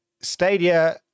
Stadia